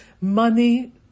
money